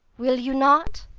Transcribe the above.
will you not?